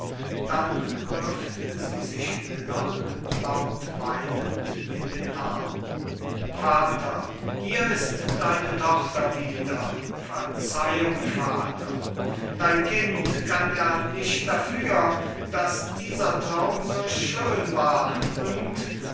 vater hier ist deine tochter wieder verzeihung vater dein kind kann ja nicht dafür daß dieser traum so schön war und so